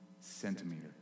centimeter